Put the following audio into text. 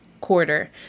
quarter